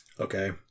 Okay